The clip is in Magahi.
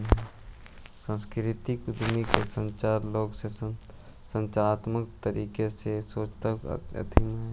सांस्कृतिक उद्यमिता के चलते लोग रचनात्मक तरीके से सोचअ हथीन